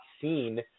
seen